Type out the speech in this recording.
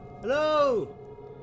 Hello